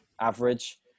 Average